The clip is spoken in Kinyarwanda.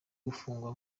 gufungwa